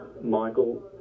michael